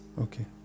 Okay